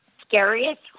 scariest